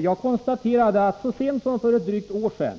Jag konstaterade att så sent som för drygt ett år sedan